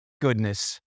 goodness